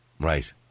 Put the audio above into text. Right